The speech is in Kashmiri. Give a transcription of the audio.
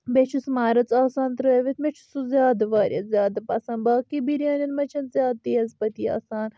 بییٚہِ چھُس مرٕژ آسان ترٲوِتھ مےٚ چھُ سُہ زیادٕ واریاہ زیادِٕ پسنٛد باقٕے بریانین منٛز چھنہٕ زیادٕ تیز پٔتی آسان